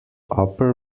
upper